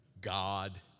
God